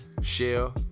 Shell